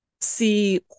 see